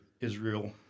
Israel